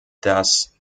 das